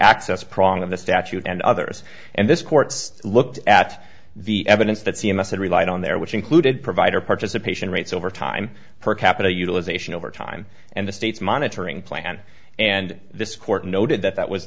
access prong of the statute and others and this court's looked at the evidence that c m s had relied on there which included provider participation rates over time per capita utilization over time and the state's monitoring plan and this court noted that that was